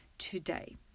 today